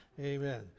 Amen